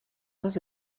does